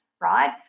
right